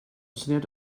syniad